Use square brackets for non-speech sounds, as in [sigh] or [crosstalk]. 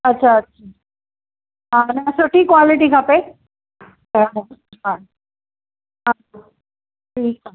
अच्छा हा न सुठी क़्वालिटी खपे [unintelligible] हा ठीकु आहे